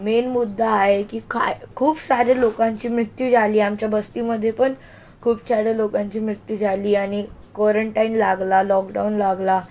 main मुद्दा हा आहे की काय खूप सारे लोकांची मृत्यू झाली आमच्या बस्तीमधे पण खूप सारे लोकांची मृत्यू झाली आणि कोरंटाईन लागला लॉकडाऊन लागला